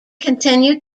continued